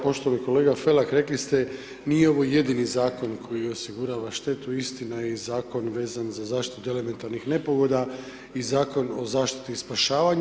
Poštovani kolega Felak, rekli ste nije ovo jedini Zakon koji osigurava štetu, istina je, i Zakon vezan za zaštitu od elementarnih nepogoda i Zakon o zaštiti i spašavanju.